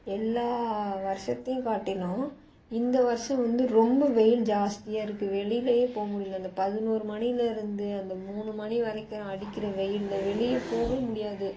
எல்லா வருஷத்தையும் காட்டிலும் இந்த வருஷம் வந்து ரொம்ப வெயில் ஜாஸ்தியாக இருக்குது வெளியிலையே போக முடியிலை அந்த பதினோரு மணியிலேருந்து அந்த மூணு மணி வரைக்கும் அடிக்கிற வெயிலில் வெளியே போகவே முடியாது